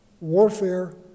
warfare